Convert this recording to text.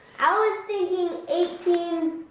i was thinking eighteen,